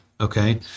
okay